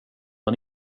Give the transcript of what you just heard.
man